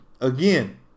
Again